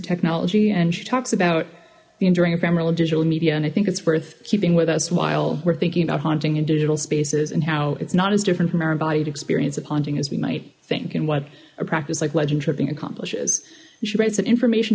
technology and she talks about the enduring ephemeral digital media and i think it's worth keeping with us while we're thinking about haunting and digital spaces and how it's not as different from era body experience of haunting as we might think and what a practice like legend tripping accomplishes she writes an information